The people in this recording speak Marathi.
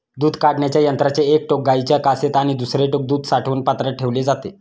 दूध काढण्याच्या यंत्राचे एक टोक गाईच्या कासेत आणि दुसरे टोक दूध साठवण पात्रात ठेवले जाते